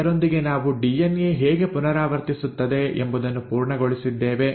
ಇದರೊಂದಿಗೆ ನಾವು ಡಿಎನ್ಎ ಹೇಗೆ ಪುನರಾವರ್ತಿಸುತ್ತದೆ ಎಂಬುದನ್ನು ಪೂರ್ಣಗೊಳಿಸಿದ್ದೇವೆ